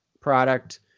product